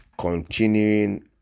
continuing